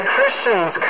Christians